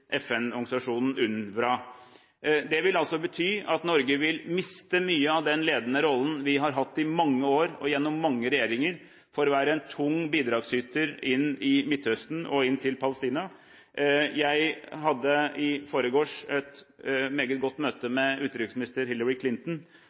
Det vil altså bety at Norge vil miste mye av den ledende rollen vi har hatt i mange år og gjennom mange regjeringer, som en tung bidragsyter inn i Midtøsten og inn til Palestina. Jeg hadde i forgårs et meget godt møte